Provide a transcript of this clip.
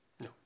No